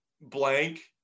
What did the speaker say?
blank